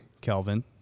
Kelvin